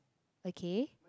okay